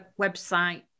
website